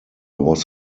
was